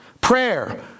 prayer